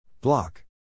Block